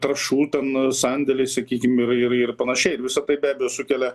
trąšų ten sandėliai sakykim ir ir ir panašiai ir visa tai be abejo sukelia